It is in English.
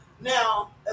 Now